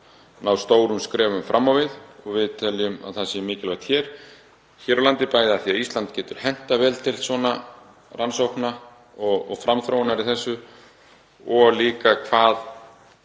ná stórum skrefum fram á við. Við teljum að það sé mikilvægt hér á landi, bæði af því að Ísland getur hentað vel til svona rannsókna og framþróunar í þessu og líka